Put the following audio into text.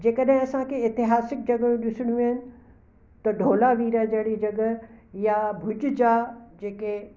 जंहिं कॾहिं असांखे एतिहासिक जॻहियूं ॾिसणियूं आहिनि त ढोला वीरा जहिड़ी जॻह या भुज जा जेके